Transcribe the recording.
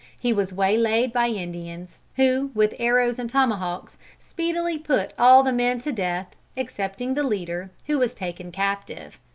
he was waylayed by indians, who with arrows and tomahawks speedily put all the men to death, excepting the leader, who was taken captive.